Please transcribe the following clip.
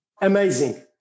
Amazing